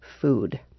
food